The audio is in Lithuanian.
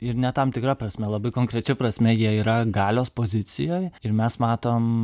ir ne tam tikra prasme labai konkrečia prasme jie yra galios pozicijoj ir mes matom